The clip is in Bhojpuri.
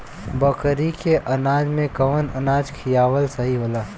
बकरी के अनाज में कवन अनाज खियावल सही होला?